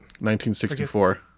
1964